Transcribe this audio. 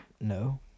No